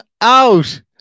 out